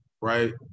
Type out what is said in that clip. right